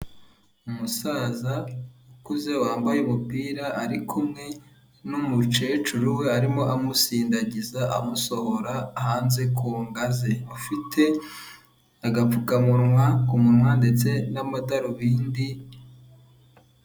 Umusaza ukuze wambaye umupira ari kumwe n'umukecuru we arimo amusindagiza amusohora hanze ku ngazi, ufite agapfukamunwa ku munwa ndetse n'amadarubindi.